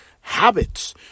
habits